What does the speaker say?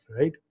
right